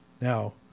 Now